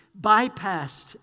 bypassed